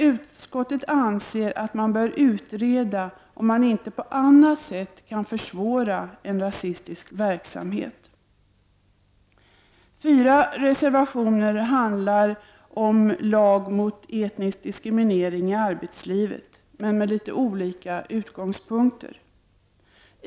Utskottet anser att man i stället bör utreda om man inte på annat sätt kan försvåra en rasistisk verksamhet. Fyra reservationer handlar om en lag mot etnisk diskriminering i arbetslivet. Reservationerna har dock litet olika utgångspunkter.